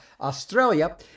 Australia